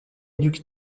duc